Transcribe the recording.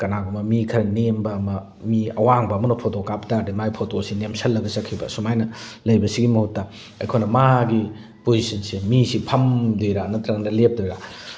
ꯀꯅꯥꯒꯨꯝꯕ ꯃꯤ ꯈꯔ ꯅꯦꯝꯕ ꯑꯃ ꯃꯤ ꯑꯋꯥꯡꯕ ꯑꯃꯅ ꯐꯣꯇꯣ ꯀꯥꯞ ꯇꯥꯔꯗꯤ ꯃꯥꯏ ꯐꯣꯇꯣꯁꯤ ꯅꯦꯝꯁꯜꯂꯒ ꯆꯠꯈꯤꯕ ꯁꯨꯃꯥꯏꯅ ꯂꯩꯕꯁꯤꯒꯤ ꯃꯍꯨꯠꯇ ꯑꯩꯈꯣꯏꯅ ꯃꯥꯒꯤ ꯄꯣꯖꯤꯁꯟꯁꯦ ꯃꯤꯁꯤ ꯐꯝꯗꯣꯏꯔꯥ ꯅꯠꯇ꯭ꯔꯒꯅ ꯂꯦꯞꯇꯣꯏꯔꯥ